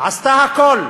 עשתה הכול